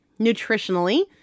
Nutritionally